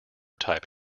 type